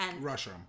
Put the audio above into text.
Russia